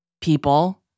people